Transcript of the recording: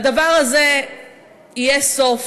לדבר הזה יהיה סוף.